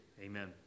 Amen